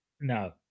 No